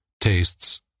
tastes